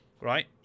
right